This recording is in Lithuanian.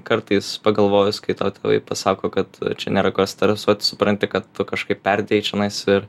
kartais pagalvojus kai tau tėvai pasako kad čia nėra ko stresuot tu supranti kad tu kažkaip perdėjau čenais ir